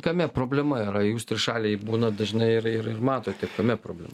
kame problema yra jūs trišaliai būnat dažnai ir matote tame problemų